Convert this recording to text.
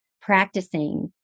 practicing